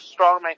strongman